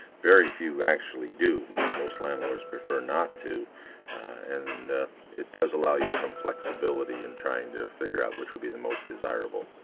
very few actually do, most landlords prefer not to and it does allow you some flexibility and trying to figure out which would be the most desirable.